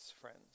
friends